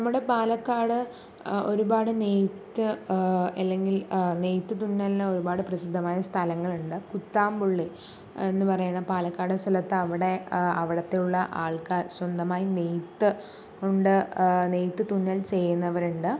നമ്മുടെ പാലക്കാട് ഒരുപാട് നെയ്ത്ത് അല്ലെങ്കിൽ നെയ്ത്ത് തുന്നലിന് ഒരുപാട് പ്രസിദ്ധമായ സ്ഥലങ്ങളുണ്ട് കുത്താംപുള്ളി എന്ന് പറയണ പാലക്കാട് സ്ഥലത്തെ അവിടെ അവിടത്തെ ഉള്ള ആൾക്കാർ സ്വന്തമായി നെയ്ത്ത് ഉണ്ട് നെയ്ത്ത് തുന്നൽ ചെയ്യുന്നവരുണ്ട്